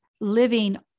living